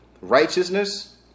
righteousness